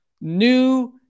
new